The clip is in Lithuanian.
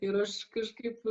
ir aš kažkaip